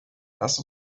lass